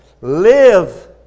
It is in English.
live